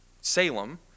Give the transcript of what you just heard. Salem